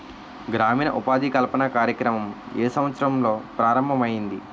గ్రామీణ ఉపాధి కల్పన కార్యక్రమం ఏ సంవత్సరంలో ప్రారంభం ఐయ్యింది?